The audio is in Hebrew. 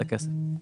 בקשה.